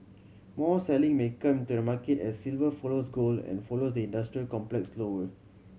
more selling may come to the market as silver follows gold and follows the industrial complex lower